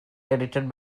edited